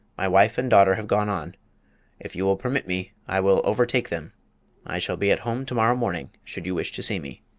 my wife and daughter have gone on if you will permit me, i will overtake them i shall be at home to-morrow morning, should you wish to see me.